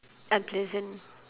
unpleasant